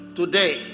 today